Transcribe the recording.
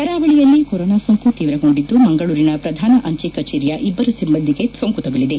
ಕರಾವಳಿಯಲ್ಲಿ ಕೊರೋನಾ ಸೋಂಕು ತೀವ್ರಗೊಂಡಿದ್ದು ಮಂಗಳೂರಿನ ಪ್ರಧಾನ ಅಂಚೆ ಕಚೇರಿಯ ಇಬ್ಬರು ಸಿಬ್ಬಂದಿಗೆ ಸೋಂಕು ತಗಲಿದೆ